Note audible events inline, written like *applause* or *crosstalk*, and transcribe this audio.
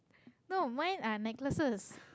*breath* no mine are necklaces